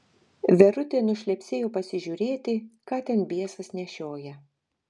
verutė nušlepsėjo pasižiūrėti ką ten biesas nešioja